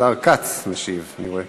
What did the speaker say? השר כץ משיב, אני רואה.